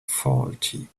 faulty